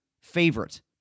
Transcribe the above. favorite